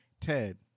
Ted